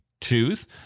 choose